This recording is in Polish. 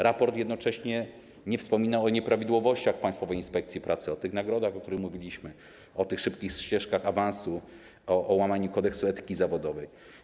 Raport jednocześnie nie wspomina o nieprawidłowościach w Państwowej Inspekcji Pracy, o tych nagrodach, o których mówiliśmy, o tych szybkich ścieżkach awansu, o łamaniu kodeksu etyki zawodowej.